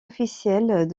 officiels